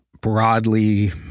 broadly